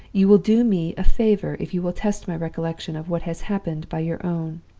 you will do me a favor if you will test my recollection of what has happened by your own.